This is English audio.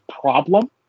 problem